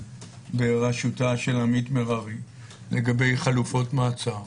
בראשותה של עמית מירבי לגבי חלופות מעצר,